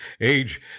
age